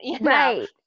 Right